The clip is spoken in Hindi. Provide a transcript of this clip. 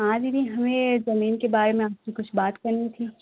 हाँ दीदी हमें ज़मीन के बारे में आप से कुछ बात करनी थी